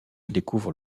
découvre